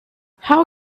how